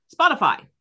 Spotify